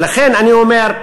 ולכן אני אומר,